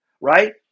right